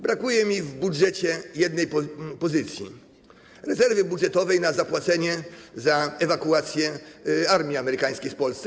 Brakuje mi w budżecie jednej pozycji, rezerwy budżetowej na zapłacenie za ewakuację armii amerykańskiej z Polski.